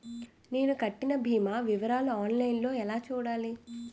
నేను కట్టిన భీమా వివరాలు ఆన్ లైన్ లో ఎలా చూడాలి?